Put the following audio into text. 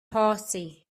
party